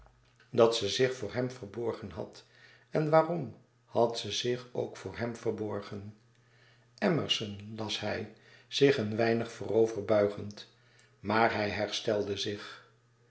dat ze zich voor hem verborgen had en waarom had ze zich ook voor hem verborgen emerson las hij zich een weinig voor over buigend maar hij herstelde zich